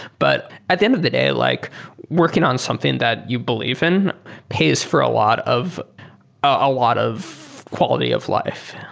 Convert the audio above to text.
but at the end of the day, like working on something that you believe in pays for a lot of ah lot of quality of life.